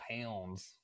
pounds